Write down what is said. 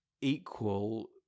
equal